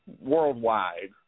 worldwide